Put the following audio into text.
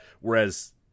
Whereas